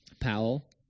Powell